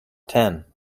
ten